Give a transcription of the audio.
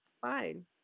Fine